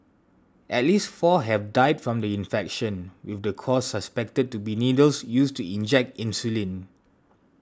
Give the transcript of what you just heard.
at least four have died from the infection with the cause suspected to be needles used to inject insulin